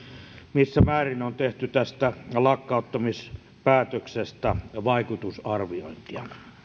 missä määrin on tehty tästä lakkauttamispäätöksestä vaikutusarviointia